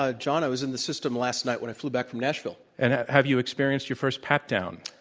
ah john, i was in the system last night when i flew back from nashville. and have you experienced your first pat down?